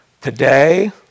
today